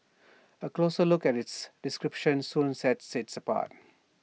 A closer look at its description soon sets IT apart